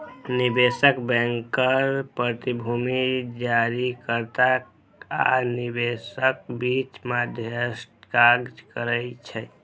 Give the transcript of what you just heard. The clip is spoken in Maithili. निवेश बैंकर प्रतिभूति जारीकर्ता आ निवेशकक बीच मध्यस्थक काज करै छै